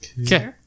Okay